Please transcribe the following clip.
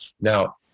Now